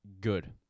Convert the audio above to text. good